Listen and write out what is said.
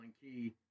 Key